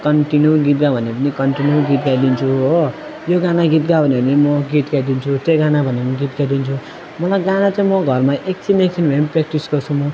continue गीत गा भने पनि कन्टिन्यू गीत गाइदिन्छु हो यो गाना गीत गा भन्यो भने पनि म गीत गाइदिन्छु त्यही गाना भन्यो भने गीत गाइदिन्छु मलाई गाना चाहिँ म घरमा एकछिन एकछिन भए पनि प्र्याक्टिस गर्छु म